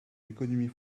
l’économie